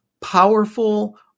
powerful